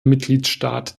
mitgliedstaat